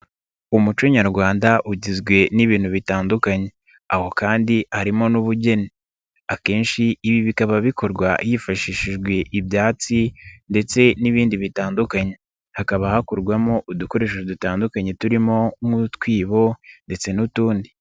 Umuco nyarwanda ugizwe n'ibintu bitandukanye. Aho kandi harimo n'ubugeni. Akenshi ibi bikaba bikorwa hifashishijwe ibyatsi ndetse n'ibindi bitandukanye. Hakaba hakorwamo udukoresho dutandukanye, turimo nk'utwibo ndetse n'utundi.